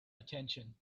attention